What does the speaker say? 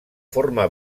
forma